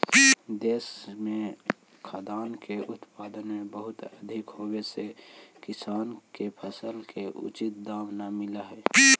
देश में खाद्यान्न के उत्पादन बहुत अधिक होवे से किसान के फसल के उचित दाम न मिलित हइ